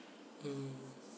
mm